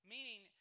Meaning